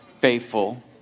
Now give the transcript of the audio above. faithful